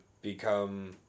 become